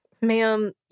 Ma'am